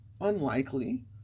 unlikely